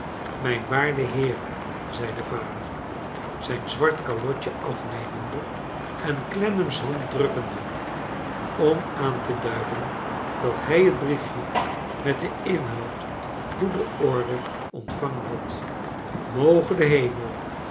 mijn waarde heer zei de vader zijn zwart kalotje afnemende en clennam's hand drukkende om aan te duiden dat hij het brief je met den inhoud in goede orde ontvangen had moge de hemel